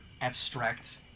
abstract